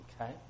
Okay